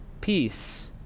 peace